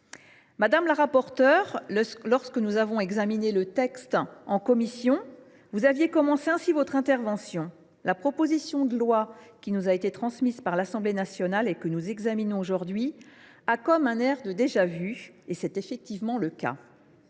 Madame la rapporteure, lorsque nous avons examiné le présent texte en commission, vous aviez commencé ainsi votre intervention :« La proposition de loi qui nous a été transmise par l’Assemblée nationale et que nous examinons [aujourd’hui] a comme un air de déjà vu. » C’est effectivement le cas